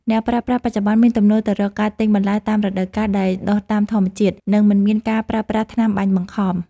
អ្នកប្រើប្រាស់បច្ចុប្បន្នមានទំនោរទៅរកការទិញបន្លែតាមរដូវកាលដែលដុះតាមធម្មជាតិ និងមិនមានការប្រើប្រាស់ថ្នាំបាញ់បង្ខំ។